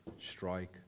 strike